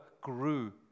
grew